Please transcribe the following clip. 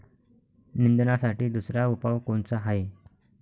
निंदनासाठी दुसरा उपाव कोनचा हाये?